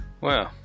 Wow